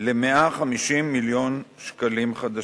ל-150 מיליון שקלים חדשים.